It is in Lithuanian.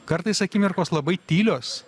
kartais akimirkos labai tylios